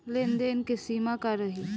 लेन देन के सिमा का रही?